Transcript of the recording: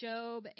Job